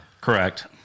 correct